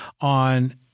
on